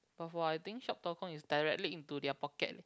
but for I think shop dot com is directly into their pocket